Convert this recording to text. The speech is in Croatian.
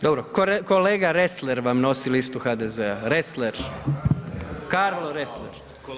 Dobro, kolega Ressler vam nosi listu HDZ-a, Ressler, Karlo Ressler.